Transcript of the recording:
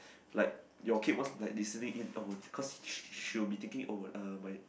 like your kid wants like listening in oh cause she she'll be thinking oh uh my